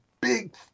big